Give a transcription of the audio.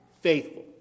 faithful